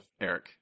Eric